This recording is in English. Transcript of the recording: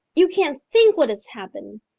you can't think what has happened!